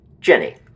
Jenny